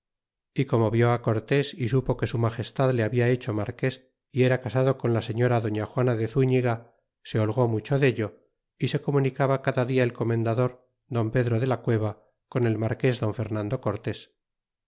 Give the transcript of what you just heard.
y como vió cortés y supo que su magestad le habli hecho marques y era casado con la señora doña jua na de ztlfriga se holgó mucho dello y se comunicaba cada dia el comendador don pedro de lacueba con el marques don fernando cortés